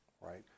right